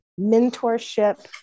mentorship